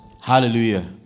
Hallelujah